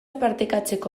partekatzeko